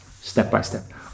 step-by-step